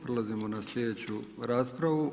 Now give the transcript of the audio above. Prelazimo na sljedeću raspravu.